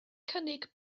cynnig